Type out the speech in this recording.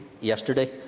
yesterday